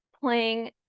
playing